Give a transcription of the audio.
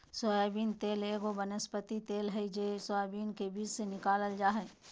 soybean तेल एगो वनस्पति तेल हइ जे सोयाबीन के बीज से निकालल जा हइ